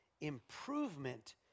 improvement